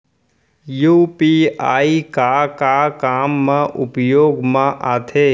UPI का का काम मा उपयोग मा आथे?